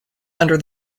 under